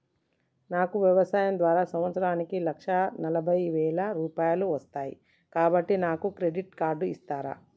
నాకు వ్యవసాయం ద్వారా సంవత్సరానికి లక్ష నలభై వేల రూపాయలు వస్తయ్, కాబట్టి నాకు క్రెడిట్ కార్డ్ ఇస్తరా?